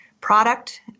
product